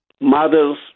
mothers